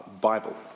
Bible